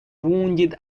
wounded